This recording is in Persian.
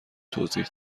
توضیح